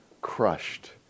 crushed